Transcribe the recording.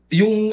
yung